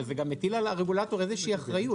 זה גם מטיל על הרגולטור איזו אחריות.